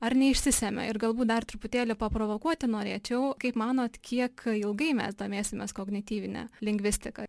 ar neišsisemia ir galbūt dar truputėlį paprovokuoti norėčiau kaip manot kiek ilgai mes domėsimės kognityvine lingvistika